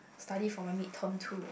study for my midterm too